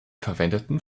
verwendeten